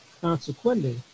Consequently